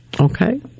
Okay